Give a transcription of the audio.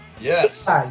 Yes